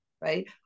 right